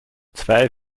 zwei